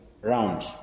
round